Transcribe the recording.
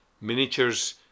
miniatures